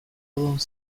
alone